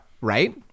Right